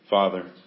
Father